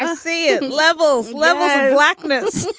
and sea and level level blackness.